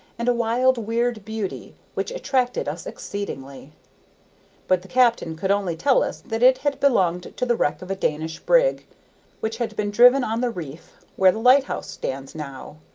and a wild, weird beauty which attracted us exceedingly but the captain could only tell us that it had belonged to the wreck of a danish brig which had been driven on the reef where the lighthouse stands now,